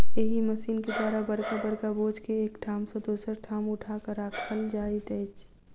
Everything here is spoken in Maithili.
एहि मशीन के द्वारा बड़का बड़का बोझ के एक ठाम सॅ दोसर ठाम उठा क राखल जाइत अछि